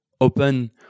open